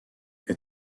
est